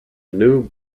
new